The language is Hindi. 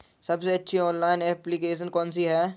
सबसे अच्छी ऑनलाइन एप्लीकेशन कौन सी है?